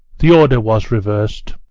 the order was revers'd.